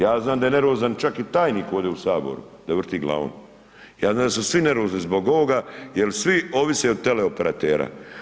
Ja znam da je nervozan čak i tajnik ovdje u Saboru, da vrti glavom, ja znam da su svi nervozni zbog ovoga jer svi ovise od teleoperatera.